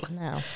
No